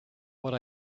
what